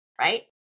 right